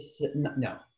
no